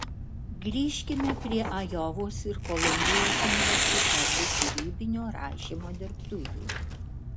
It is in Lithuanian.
grįžkime prie ajovos ir kolumbijos universitetų kūrybinio rašymo dirbtuvių